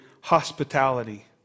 hospitality